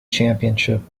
championship